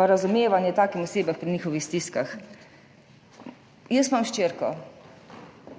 in razumevanja takih oseb pri njihovih stiskah. Jaz imam hčerko.